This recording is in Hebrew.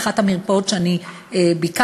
באחת המרפאות שביקרתי